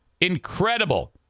Incredible